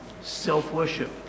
Self-worship